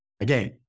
Again